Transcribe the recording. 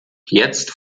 jetzt